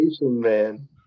man